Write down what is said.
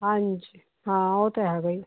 ਹਾਂਜੀ ਹਾਂ ਉਹ ਤਾਂ ਹੈਗਾ ਹੀ